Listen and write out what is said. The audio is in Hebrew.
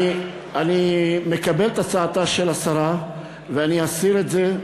אני מקבל את הצעתה של השרה, ואני אסיר את זה.